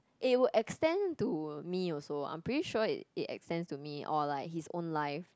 it will extend to me also I'm pretty sure it it extends to me or like his own life